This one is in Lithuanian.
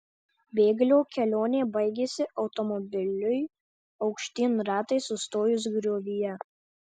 bėglio kelionė baigėsi automobiliui aukštyn ratais sustojus griovyje